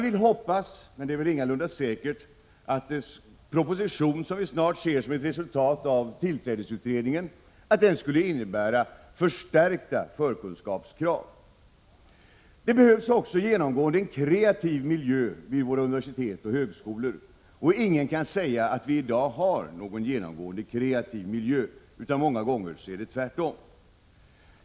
Vi hoppas — det är ingalunda säkert — att den proposition som vi snart kommer att få se som ett resultat av tillträdesutredningen innebär förstärkta förkunskapskrav. Det behövs också genomgående en kreativ miljö vid våra universitet och högskolor. Ingen kan säga att vi i dag har någon genomgående kreativ miljö, utan många gånger är det tvärtom.